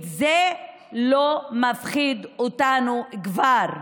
זה לא מפחיד אותנו כבר.